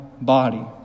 body